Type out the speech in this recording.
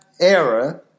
era